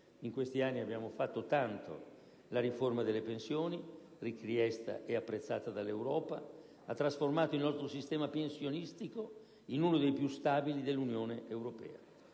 In questi anni abbiamo fatto tanto: la riforma delle pensioni, richiesta e apprezzata dall'Europa, ha trasformato il nostro sistema pensionistico in uno dei più stabili dell'Unione europea;